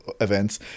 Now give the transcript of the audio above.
events